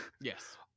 Yes